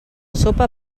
sopa